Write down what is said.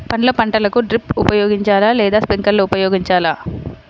పండ్ల పంటలకు డ్రిప్ ఉపయోగించాలా లేదా స్ప్రింక్లర్ ఉపయోగించాలా?